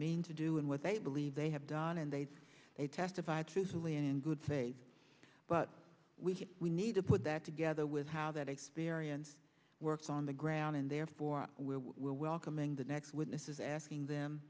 mean to do and what they believe they have done and they did they testified truthfully and in good faith but we we need to put that together with how that experience works on the ground and therefore we are welcoming the next witnesses asking them